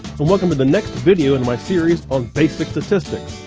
but welcome to the next video in my series on basic statistics.